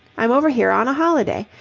i'm over here on a holiday.